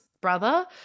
brother